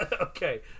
Okay